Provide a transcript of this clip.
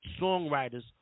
songwriters